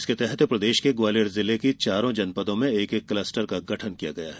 इसके तहत ग्वालियर जिले की चारों जनपदों में एक एक क्लस्टर का गठन किया गया है